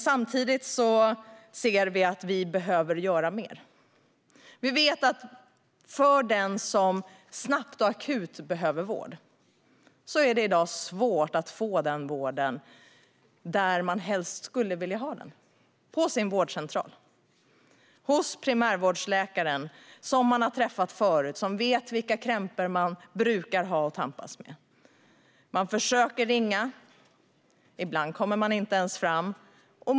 Samtidigt ser vi att vi behöver göra mer. Vi vet att för den som snabbt och akut behöver vård är det i dag svårt att få den vården där man helst skulle vilja ha den: på sin vårdcentral hos primärvårdsläkaren som man har träffat förut och som vet vilka krämpor man brukar ha att tampas med. Man försöker ringa. Ibland kommer man inte ens fram.